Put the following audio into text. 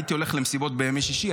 הייתי הולך למסיבות בימי שישי,